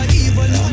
evil